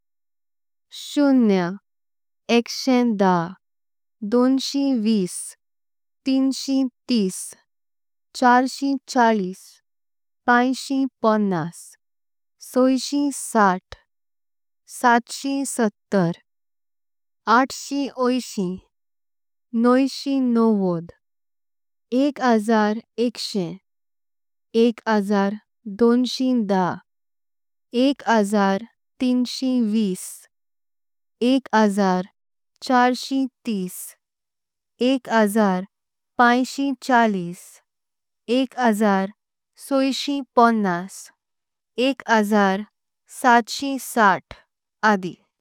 शून्य, एकशें धा, दोनशें विस, तीनशें तिस। चारशें चाळीस, पांचे पन्नास, सवें साठ, सत्तरें सत्तर। आठशें आँठव, नवशें नव्वद, एक हजार एकशें। एक हजार दोनशें धा एक हजार तीनशें विस। एक हजार चारशें तिस एक हजार पांचे चाळीस। एक हजार सवें पन्नास, एक हजार सत्तरें सत्तर, आदि।